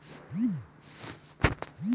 E commerce ರೈತರ ನಂಬಿಕೆಗೆ ಅರ್ಹವೇ?